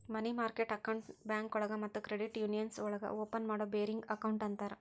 ಮನಿ market ಅಕೌಂಟ್ನ ಬ್ಯಾಂಕೋಳಗ ಮತ್ತ ಕ್ರೆಡಿಟ್ ಯೂನಿಯನ್ಸ್ ಒಳಗ ಓಪನ್ ಮಾಡೋ ಬೇರಿಂಗ್ ಅಕೌಂಟ್ ಅಂತರ